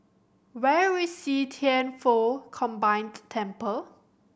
where is See Thian Foh Combined Temple